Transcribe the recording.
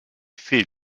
fait